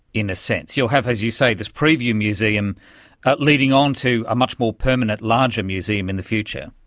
in a sense. you'll have, as you say, this preview museum leading onto a much more permanent larger museum in the future.